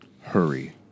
hurry